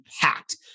packed